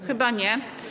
Chyba nie.